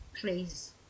please